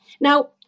Now